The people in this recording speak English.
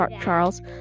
charles